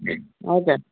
हजुर